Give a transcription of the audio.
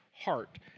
heart